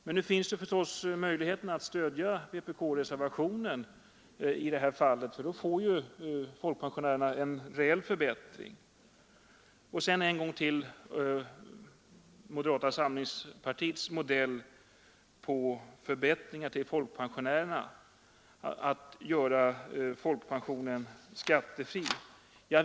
Men nu finns naturligtvis möjligheten att stödja vpk-reservationen i detta fall, för om den vinner bifall får folkpensionärerna en reell förbättring. Sedan vill jag en gång till ta upp moderata samlingspartiets modell för förbättringar till folkpensionärerna, nämligen att göra folkpensionen skattefri.